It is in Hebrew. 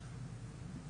תודה.